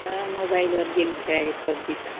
मोबाईलवर गेम खेळालेत पबजीचा